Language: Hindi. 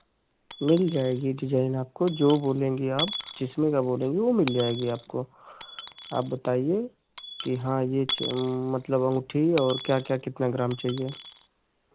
मिल जाएगी डिजाइन आपको जो बोलेंगी आप जिसमें का बोलेंगी वो मिल जाएगी आपको आप बताइए कि हाँ यह मतलब अंगूठी और क्या क्या कितने ग्राम चाहिए